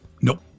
Nope